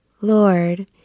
Lord